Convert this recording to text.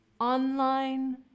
online